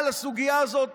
על הסוגיה הזאת